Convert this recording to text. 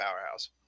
powerhouse